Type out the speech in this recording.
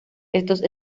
estos